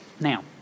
Now